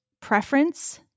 preference